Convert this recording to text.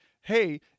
hey